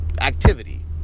activity